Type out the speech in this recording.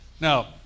Now